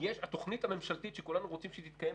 התוכנית הממשלתית מ-2017 שכולנו רוצים שהיא תתקיים,